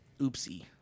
oopsie